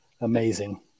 Amazing